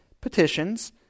petitions